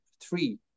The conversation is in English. three